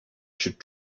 should